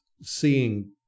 seeing